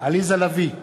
עליזה לביא,